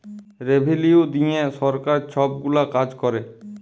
revenue দিঁয়ে সরকার ছব গুলা কাজ ক্যরে